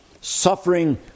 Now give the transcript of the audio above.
suffering